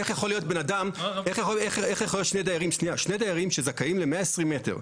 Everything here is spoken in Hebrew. איך יכול להיות שני דיירים שזכאים ל-120 מטר,